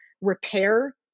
repair